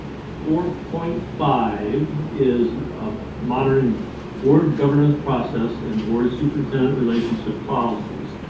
four point five is a modern board governance process, an board superintendent relationship policies.